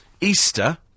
Easter